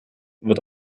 wird